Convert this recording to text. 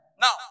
Now